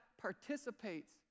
participates